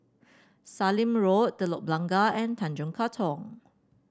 Sallim Road Telok Blangah and Tanjong Katong